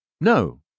No